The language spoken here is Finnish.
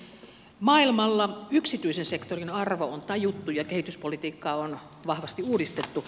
maailmalla yksityisen sektorin arvo on tajuttu ja kehityspolitiikkaa on vahvasti uudistettu